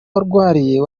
barwariye